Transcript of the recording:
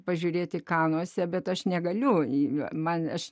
pažiūrėti kanuose bet aš negaliu į mane aš